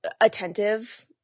attentive